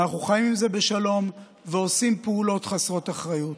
אנחנו חיים עם זה בשלום ועושים פעולות חסרות אחריות.